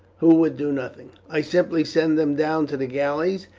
who would do nothing. i simply send them down to the galleys,